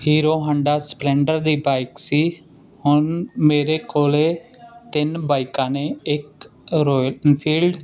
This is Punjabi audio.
ਹੀਰੋ ਹੰਡਾ ਸਪਲੈਂਡਰ ਦੀ ਬਾਈਕ ਸੀ ਹੁਣ ਮੇਰੇ ਕੋਲ ਤਿੰਨ ਬਾਈਕਾਂ ਨੇ ਇੱਕ ਰੋਇਲ ਇੰਨਫੀਲਡ